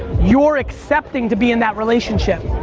you're accepting to be in that relationship.